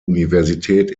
universität